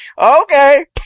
Okay